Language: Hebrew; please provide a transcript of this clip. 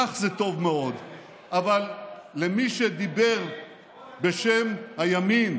לך זה טוב מאוד, אבל למי שדיבר בשם הימין